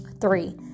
Three